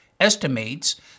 estimates